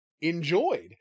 enjoyed